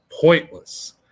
pointless